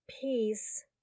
peace